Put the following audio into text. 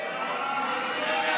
ההצעה